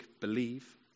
believe